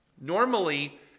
Normally